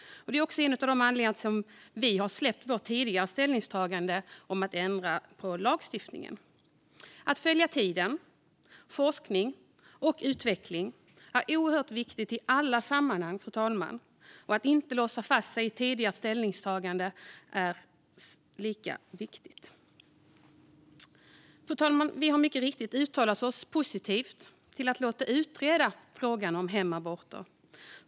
Det är av den anledningen som vi har släppt vårt tidigare ställningstagande om att ändra lagstiftningen. Att följa med i tiden och följa forskning och utveckling är oerhört viktigt i alla sammanhang, fru talman, och att inte låsa fast sig i tidigare ställningstaganden är lika viktigt. Fru talman! Vi har mycket riktigt uttalat oss positivt till att låta utreda frågan om hemaborter.